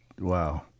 Wow